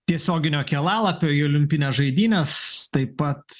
tiesioginio kelalapio į olimpines žaidynes taip pat